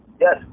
Yes